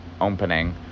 opening